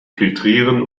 filtrieren